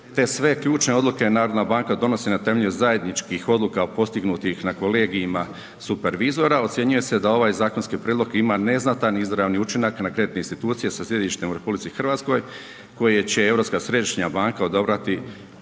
te sve ključne odluke Narodna banka donosi na temelju zajedničkih odluka postignutih na kolegijima supervizora, ocjenjuje se da ovaj zakonski prijedlog ima neznatan izravni učinak na kreditne institucije sa sjedištem u RH koje će Europska središnja banka odabrati